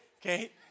okay